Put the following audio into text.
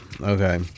okay